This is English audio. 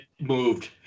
moved